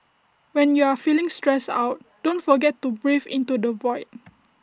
when you are feeling stressed out don't forget to breathe into the void